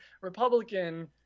Republican